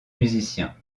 musiciens